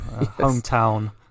hometown